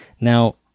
Now